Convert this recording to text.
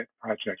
project